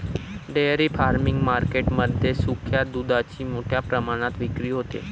dairy farming market मध्ये सुक्या दुधाची मोठ्या प्रमाणात विक्री होते